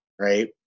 right